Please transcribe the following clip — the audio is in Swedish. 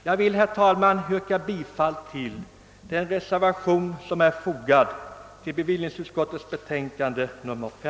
Jag yrkar, herr talman, bifall till den reservation som fogats till utskottets betänkande.